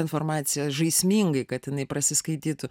informaciją žaismingai kad jinai prasiskaitytų